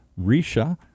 Risha